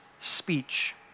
speech